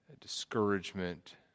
discouragement